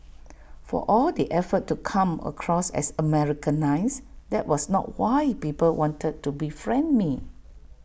for all the effort to come across as Americanised that was not why people wanted to befriend me